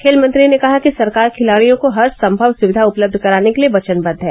खेल मंत्री ने कहा कि सरकार खिलाड़ियों को हरसंभव सुविधा उपलब्ध कराने के लिए वचनबद्व है